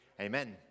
Amen